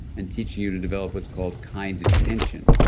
and teaching you to develop what's called kind intention.